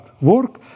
work